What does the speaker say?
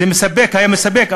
זה היה מספק,